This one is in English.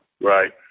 Right